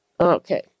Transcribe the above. okay